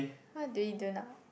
what do we do now